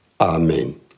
Amen